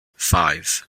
five